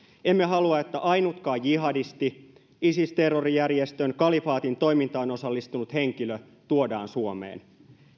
emme halua että ainutkaan jihadisti isis terrorijärjestön kalifaatin toimintaan osallistunut henkilö tuodaan suomeen